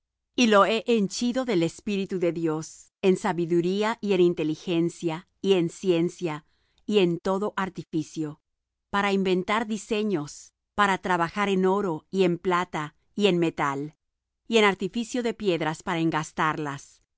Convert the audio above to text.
y lo he henchido de espíritu de dios en sabiduría y en inteligencia y en ciencia y en todo artificio para inventar diseños para trabajar en oro y en plata y en metal y en artificio de piedras para